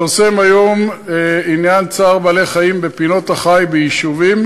התפרסם היום עניין צער בעלי-חיים בפינות-החי ביישובים